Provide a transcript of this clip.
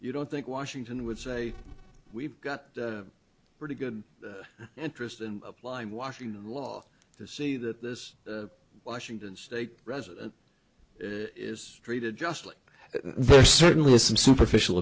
you don't think washington would say we've got a pretty good interest in applying washington law to see that this washington state resident is treated just like there certainly is some superficial